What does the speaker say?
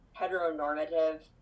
heteronormative